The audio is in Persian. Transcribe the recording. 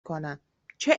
کنن، چه